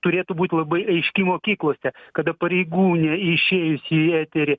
turėtų būt labai aiški mokyklose kada pareigūnė išėjusi į eterį